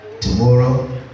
Tomorrow